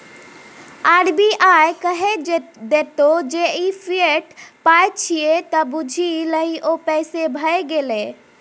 RBI कहि देतौ जे ई फिएट पाय छियै त बुझि लही ओ पैसे भए गेलै